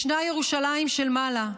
ישנה ירושלים של מעלה,